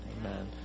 amen